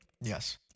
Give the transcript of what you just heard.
Yes